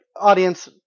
audience